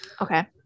Okay